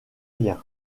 rien